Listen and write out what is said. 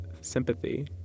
sympathy